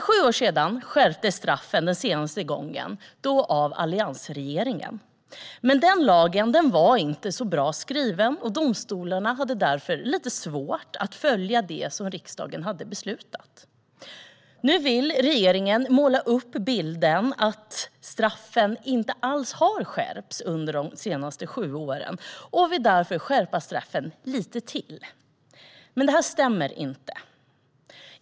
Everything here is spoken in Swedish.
Straffen skärptes senast för sju år sedan - då av alliansregeringen. Men den lagen var inte så bra skriven, och domstolarna hade därför lite svårt att följa det som riksdagen hade beslutat. Nu vill regeringen måla upp bilden av att straffen inte alls har skärpts under de senaste sju åren och vill därför skärpa straffen lite till. Men det här stämmer inte.